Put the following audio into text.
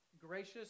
gracious